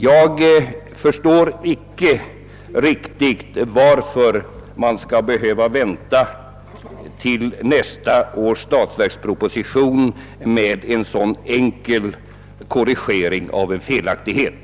Jag förstår inte riktigt varför man skall behöva vänta till nästa års statsverksproposition med en så enkel korrigering av en felaktighet.